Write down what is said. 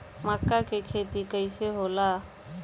मका के खेती कइसे होला?